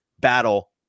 battle